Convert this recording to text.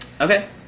Okay